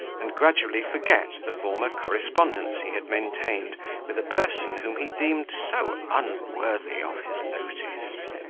and gradually forget the former correspondence he had maintained with a person whom he deemed so unworthy of his notice.